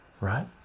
right